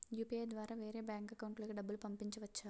UPI ద్వారా వేరే bank account లోకి డబ్బులు పంపించవచ్చా?